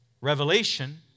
Revelation